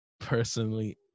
personally